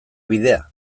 bidea